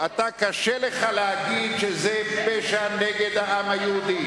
אתה, קשה לך להגיד שזה פשע נגד העם היהודי.